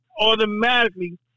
automatically